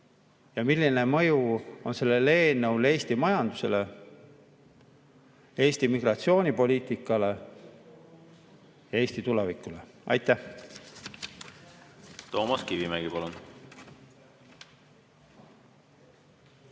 milline mõju on sellel eelnõul Eesti majandusele, Eesti migratsioonipoliitikale ja Eesti tulevikule. Aitäh!